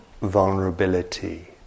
vulnerability